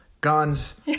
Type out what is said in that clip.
guns